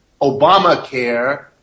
Obamacare